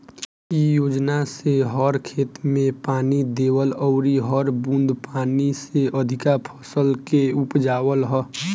इ योजना से हर खेत में पानी देवल अउरी हर बूंद पानी से अधिका फसल के उपजावल ह